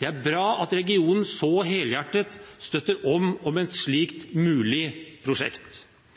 Det er bra at regionen så helhjertet støtter opp om et slikt mulig prosjekt.